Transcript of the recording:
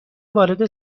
وارد